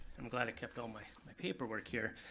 i'm glad i kept all my my paperwork here.